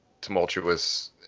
tumultuous